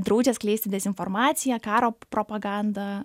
draudžia skleisti dezinformaciją karo propagandą